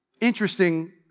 Interesting